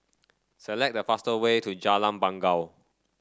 select the faster way to Jalan Bangau